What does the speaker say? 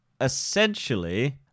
essentially